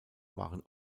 waren